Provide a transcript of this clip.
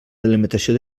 delimitació